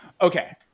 Okay